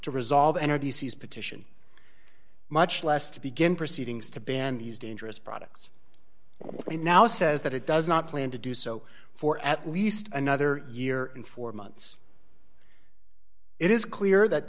to resolve energy sees petition much less to begin proceedings to ban these dangerous products when now says that it does not plan to do so for at least another year and four months it is clear that